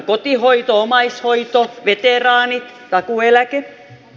kotihoito omaishoito veteraanit takuueläke